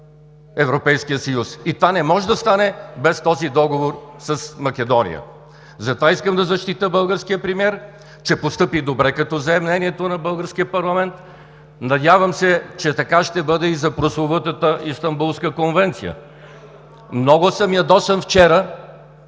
Европейския съюз. Това не може да стане без този договор с Македония. Затова искам да защитя българския премиер, че постъпи добре, като взе мнението на българския парламент. Надявам се, че така ще бъде и за прословутата Истанбулска конвенция. РЕПЛИКА ОТ „БСП